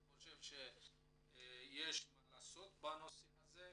אני חושב שיש מה לעשות בנושא הזה.